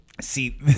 See